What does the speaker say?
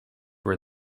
were